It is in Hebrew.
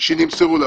שנמסרו לה.